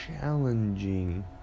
challenging